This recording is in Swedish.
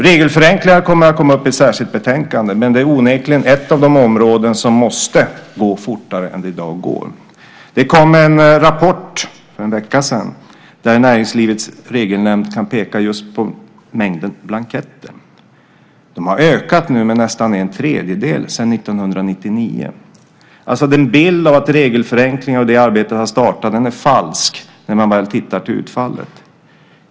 Regelförenklingar kommer att komma upp i ett särskilt betänkande, men det är onekligen ett av de områden där det måste gå fortare än det i dag gör. För en vecka sedan kom en rapport där Näringslivets regelnämnd pekade på mängden blanketter, som har ökat med nästan en tredjedel sedan 1999. Den bild av att regelförenklingarna och det arbetet har startat visar sig alltså vara falsk när man väl tittar på utfallet.